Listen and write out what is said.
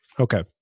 Okay